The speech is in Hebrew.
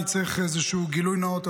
אני צריך איזשהו גילוי נאות,